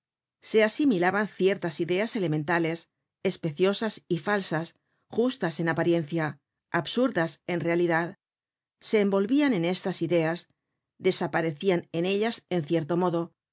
se asimilaban ciertas ideas elementales especiosas y falsas justas en apariencia absurdas en realidad se envolvían en estas ideas desaparecían en ellas en cierto modo